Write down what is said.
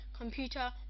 computer